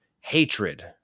hatred